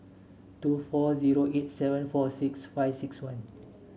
two four zero eight seven four six five six one